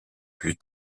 plus